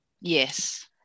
Yes